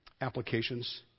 applications